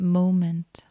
moment